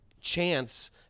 chance